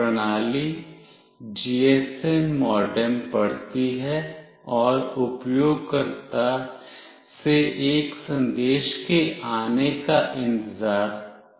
प्रणाली GSM modem पढ़ती है और उपयोगकर्ता से एक संदेश के आने का इंतजार करती है